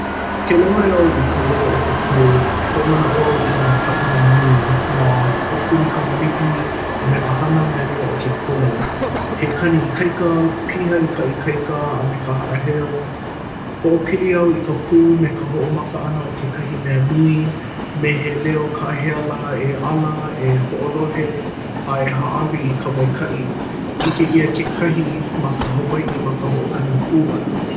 Ke lohe au i ka leo o ka pū, hoʻomanaʻo au i nā pāʻina nui, nā kaʻapuni kamaliʻi, a me nā hana mele o ke kula. He kani ikaika, piha i ka ikaika a me ka haʻaheo. Hoʻopili au i ka pū me ka hoʻomaka ʻana o kekahi mea nui, me he leo kāhea lā e ala, e hoʻolohe, a e hā‘awi i ka maikaʻi. ʻIke ʻia kekahi ma Hawaiʻi ma ka hoʻokani pū ʻana.